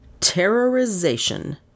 Terrorization